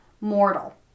mortal